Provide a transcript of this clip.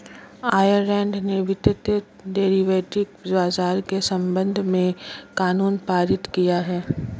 Ireland ने वित्तीय derivative बाजार के संबंध में कानून पारित किया है